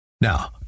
Now